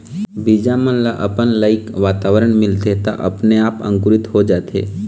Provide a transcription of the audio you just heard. बीजा मन ल अपन लइक वातावरन मिलथे त अपने आप अंकुरित हो जाथे